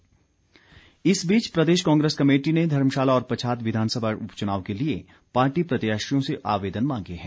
कांग्रेस इस बीच प्रदेश कांग्रेस कमेटी ने धर्मशाला और पच्छाद विधानसभा उपचुनाव के लिए पार्टी प्रत्याशियों से आवेदन मांगे हैं